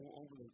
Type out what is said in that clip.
over